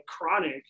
chronic